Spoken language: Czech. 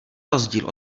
rozdíl